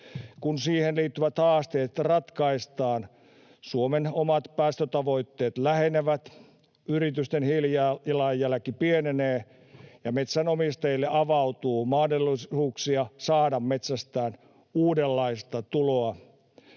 Kun siihen liittyvät haasteet ratkaistaan, Suomen omat päästötavoitteet lähenevät, yritysten hiilijalanjälki pienenee, ja metsänomistajille avautuu mahdollisuuksia saada metsästään uudenlaista tuloa